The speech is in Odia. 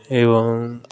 ଏବଂ